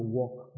walk